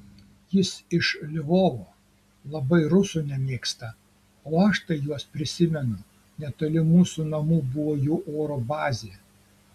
jis iš lvovo labai rusų nemėgsta o aš tai juos prisimenu netoli mūsų namų buvo jų oro bazė